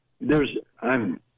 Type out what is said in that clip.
there's—I'm—